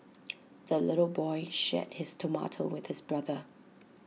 the little boy shared his tomato with his brother